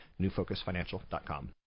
newfocusfinancial.com